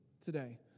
today